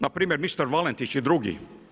Npr. mister Valentić i drugi.